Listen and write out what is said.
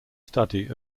study